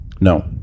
no